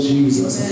Jesus